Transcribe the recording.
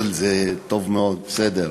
כל זה טוב מאוד, בסדר.